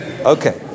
Okay